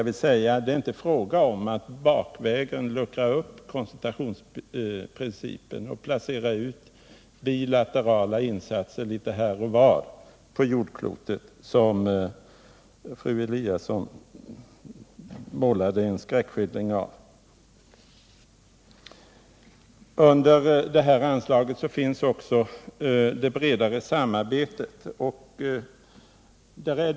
Det är inte fråga om att bakvägen luckra upp koncentrationsprincipen och placera ut bilaterala insatser litet här och var på jordklotet, vilket fru Eliasson i en skräckskildring utmålade. Ifrågavarande anslag avser också det bredare samarbetet på detta område.